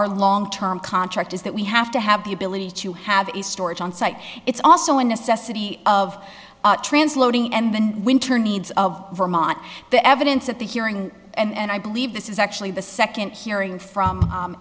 our long term contract is that we have to have the ability to have a storage on site it's also a necessity of trans loading and winter needs of vermont the evidence at the hearing and i believe this is actually the second hearing from